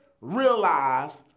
realize